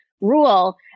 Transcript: rule